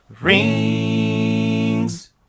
rings